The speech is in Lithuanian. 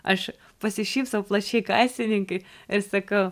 aš pasišypsau plačiai kasininkei ir sakau